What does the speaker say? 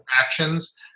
actions